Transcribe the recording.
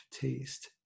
taste